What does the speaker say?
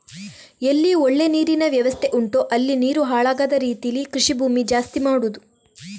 ಎಲ್ಲಿ ಒಳ್ಳೆ ನೀರಿನ ವ್ಯವಸ್ಥೆ ಉಂಟೋ ಅಲ್ಲಿ ನೀರು ಹಾಳಾಗದ ರೀತೀಲಿ ಕೃಷಿ ಭೂಮಿ ಜಾಸ್ತಿ ಮಾಡುದು